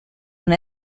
una